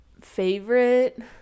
Favorite